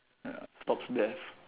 ya stops death